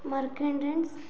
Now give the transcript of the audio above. Mercedes